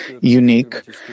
unique